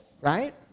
right